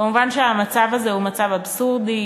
כמובן, המצב הזה הוא מצב אבסורדי.